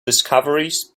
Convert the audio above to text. discoveries